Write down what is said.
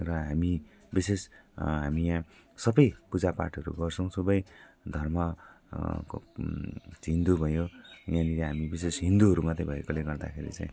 र हामी विशेष हामी यहाँ सबै पूजापाठहरू गर्छौँ सबै धर्म को हिन्दू भयो यहाँनिर हामी विशेष हिन्दूहरू मात्रै भएकोले गर्दाखेरि चाहिँ